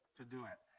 to do it.